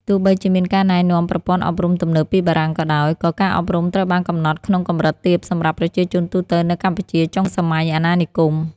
ទោះបីជាមានការណែនាំប្រព័ន្ធអប់រំទំនើបពីបារាំងក៏ដោយ ក៏ការអប់រំត្រូវបានកំណត់ក្នុងកម្រិតទាបសម្រាប់ប្រជាជនទូទៅនៅកម្ពុជាចុងសម័យអាណានិគម។